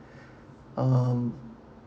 um